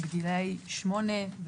בגילאי 8,